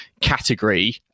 category